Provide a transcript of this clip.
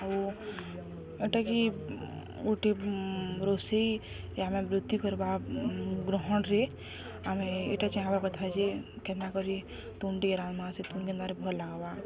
ଆଉ ଏଟାକି ଗୋଟିଏ ରୋଷେଇ ଆମେ ବୃଦ୍ଧି କରିବା ଗ୍ରହଣରେ ଆମେ ଏଇଟା ଚାହିଁବା କଥା ଯେ କେନ୍ତା କରି ତୁନଟି ରାନ୍ଧବା ସେ ତୁନ କେନ୍ତା ଭଲ ଲାଗବା